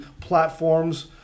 platforms